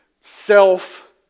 self